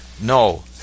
No